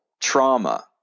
trauma